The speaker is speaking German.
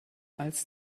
als